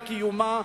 לקיומה,